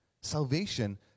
Salvation